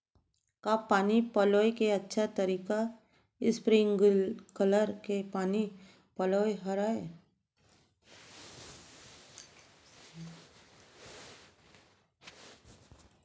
का पानी पलोय के अच्छा तरीका स्प्रिंगकलर से पानी पलोना हरय?